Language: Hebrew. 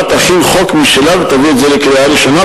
תכין חוק משלה ותביא אותו לקריאה ראשונה,